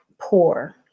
poor